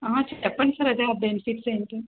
చెప్పండి సార్ అదే ఆ బెనిఫిట్స్ ఏంటి